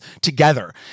together